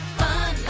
fun